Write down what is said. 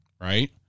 right